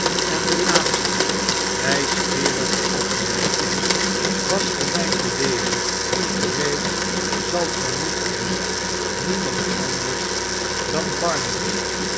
en de laatste wijsgeerige opmerkmg was gelijk de lezer reeds zal vermoed hebben niemand anders